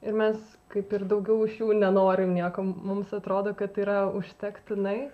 ir mes kaip ir daugiau iš jų nenorim nieko mums atrodo kad yra užtektinai